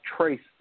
traced